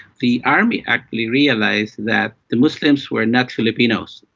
the army actually realised that the muslims were not filipinos,